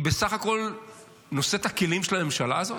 היא בסך הכול נושאת הכלים של הממשלה הזאת?